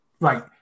Right